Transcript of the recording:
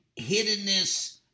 hiddenness